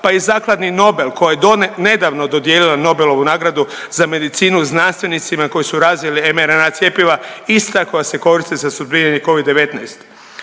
pa Zakladi Nobel koja je nedavno dodijelila Nobelovu nagradu za medicinu znanstvenicima koji su razvili mRNA cjepiva, ista koja se koriste za .../Govornik se